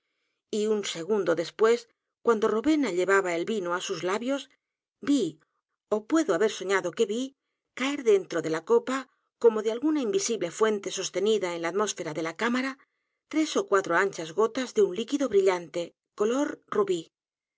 y un segundo después cuando rowena llevaba el vino á sus labios vi ó puedo haber soñado que ligeia vi caer dentro de la copa como de alguna invisible fuente sostenida en la atmósfera de la cámara t r e s ó cuatro anchas gotas de un líquido brillante color rubí